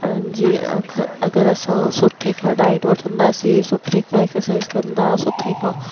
जीअं अगरि असां सुठे खां डाइट वठंदासीं सुठे खां एक्सरसाइज़ कंदा सुठे खां